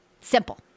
Simple